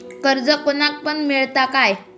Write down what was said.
कर्ज कोणाक पण मेलता काय?